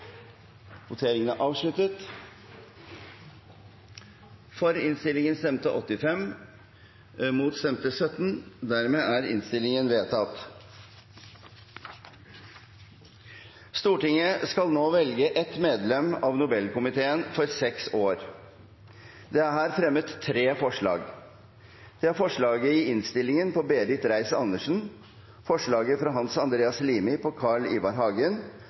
Det er her fremmet tre forslag. Det er forslaget i innstillingen på Berit Reiss-Andersen, forslaget fra Hans Andreas Limi på Carl I. Hagen